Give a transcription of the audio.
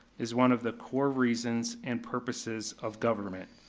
is one of the core reasons and purposes of government.